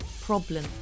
problem